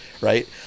right